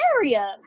area